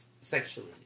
sexually